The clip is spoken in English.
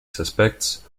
suspects